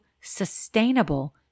sustainable